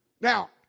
Now